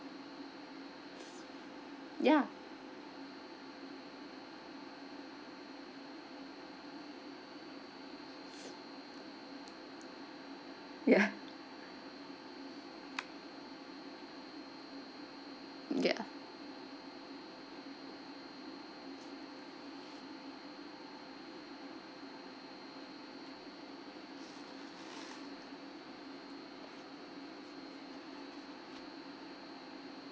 ya ya ya